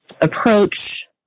approach